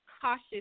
Cautious